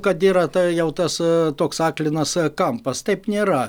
kad yra tai jau tas toks aklinas kampas taip nėra